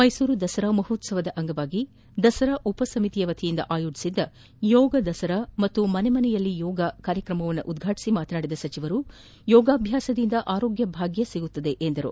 ಮೈಸೂರು ದಸರಾ ಮಹೋತ್ಲವದ ಅಂಗವಾಗಿ ದಸರಾ ಉಪಸಮಿತಿ ವತಿಯಿಂದ ಆಯೋಜಿಸಿದ್ದ ಯೋಗ ದಸರಾ ಹಾಗೂ ಮನೆ ಮನೆಯಲ್ಲಿ ಯೋಗ ಕಾರ್ಯಕ್ರಮ ಉದ್ಘಾಟಿಸಿ ಮಾತನಾಡಿದ ಸಚಿವರು ಯೋಗಾಭ್ಯಾಸದಿಂದ ಆರೋಗ್ಯ ಭಾಗ್ಯ ಸಿಗುತ್ತದೆ ಎಂದರು